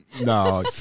No